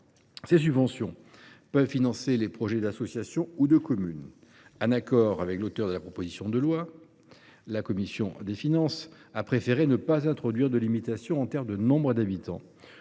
Ces subventions peuvent financer les projets émanant d’associations ou de communes. En accord avec les auteurs de la proposition de loi, la commission a préféré ne pas introduire de limitations relatives au nombre d’habitants,